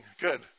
Good